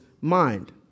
mind